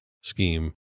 scheme